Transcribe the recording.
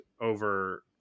over